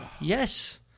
Yes